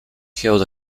held